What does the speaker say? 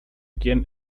quien